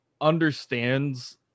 understands